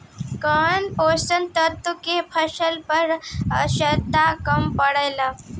कौन पोषक तत्व के फसल पर आवशयक्ता कम पड़ता?